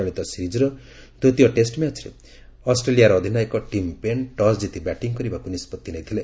ଚଳିତ ସିରିଜ୍ର ଦ୍ୱିତୀୟ ଟେଷ୍ଟ ମ୍ୟାଚ୍ରେ ଅଷ୍ଟ୍ରେଲିଆର ଅଧିନାୟକ ଟିମ୍ ପେନ୍ ଟସ୍ ଜିତି ବ୍ୟାଟିଂ କରିବାକୁ ନିଷ୍ପଭି ନେଇଥିଲେ